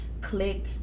click